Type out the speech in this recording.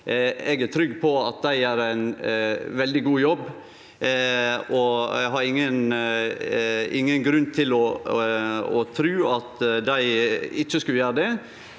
Eg er trygg på at dei gjer ein veldig god jobb, og har ingen grunn til å tru at dei ikkje skulle gjere det.